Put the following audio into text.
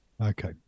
Okay